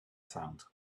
sound